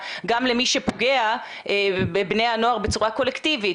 גם למי שפוגע בבני הנוער בצורה קולקטיבית.